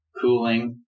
cooling